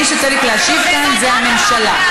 מי שצריך להשיב כאן זה הממשלה.